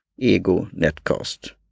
Egonetcast